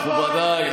מכובדיי,